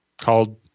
called